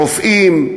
אם רופאים,